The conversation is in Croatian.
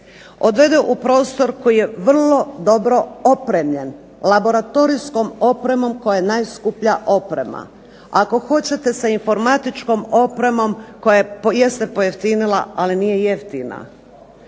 odvede u prostor koji je vrlo dobro opremljen laboratorijskom opremom koja je najskuplja oprema, ako hoćete sa informatičkom opremom koja jeste pojeftinila ali nije jeftina,